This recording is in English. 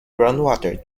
groundwater